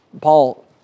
Paul